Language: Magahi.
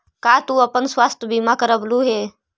का तू अपन स्वास्थ्य बीमा करवलू हे?